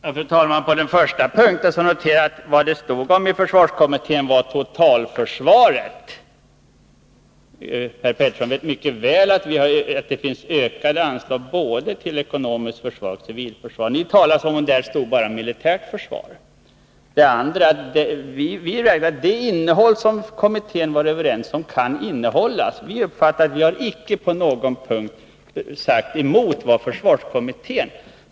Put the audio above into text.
Fru talman! Vad det handlade om i försvarskommittén var totalförsvaret. Per Petersson vet mycket väl att det föreslås ökade anslag både till ekonomiskt försvar och till civilförsvar. Ni talar som om det i försvarskommitténs förslag bara handlade om militärt försvar. Folkpartiet och centern har, som vi ser det, icke på någon punkt sagt emot vad försvarskommitténs majoritet sagt.